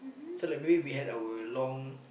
so the minute we has our long